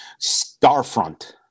Starfront